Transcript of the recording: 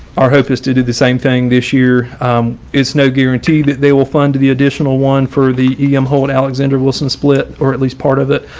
our hope is to do the same thing this year is no guarantee that they will find the additional one for the em hold alexander wilson split or at least part of it.